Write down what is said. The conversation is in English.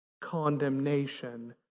condemnation